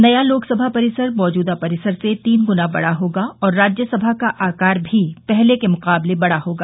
नया लोकसभा परिसर मौजूदा परिसर से तीन गुना बड़ा होगा और राज्यसभा का आकार भी पहले के मुकाबले बड़ा होगा